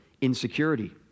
Insecurity